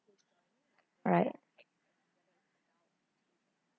alright